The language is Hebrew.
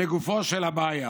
לגופה של בעיה,